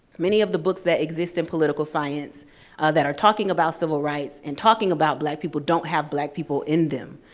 many of the books that exist in political science that are talking about civil rights and talking about black people, don't have black people in them.